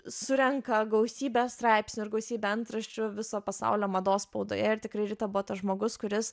surenka gausybę straipsnių ir gausybę antraščių viso pasaulio mados spaudoje ir tikrai rita buvo tas žmogus kuris